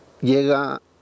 llega